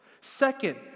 Second